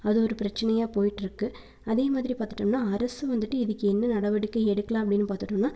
அது ஒரு பிரச்சனையாக போயிகிட்டுருக்கு அதே மாதிரி பார்த்துட்டோம்னா அரசு வந்துட்டு இதுக்கு என்ன நடவடிக்கை எடுக்கலாம் அப்படின்னு பார்த்துட்டோம்னா